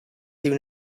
soon